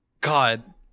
God